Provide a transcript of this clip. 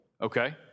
Okay